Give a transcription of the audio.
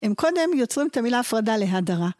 הם קודם יוצרים את המילה הפרדה להדרה.